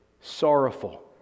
sorrowful